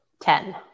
Ten